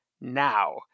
now